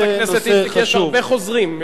חברת הכנסת איציק, יש הרבה חוזרים.